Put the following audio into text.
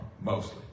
mostly